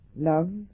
love